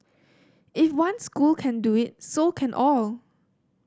if one school can do it so can all